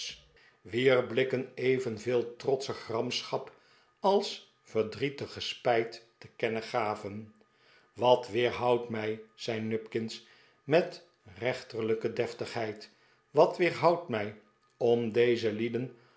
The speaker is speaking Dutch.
wier blikken evenveel trotsche gramschap als verdrietige spijt te kennen gaven wat weerhoudt mij zei nupkins met reenter lijke deftigheid wat weerhoudt mij om deze lieden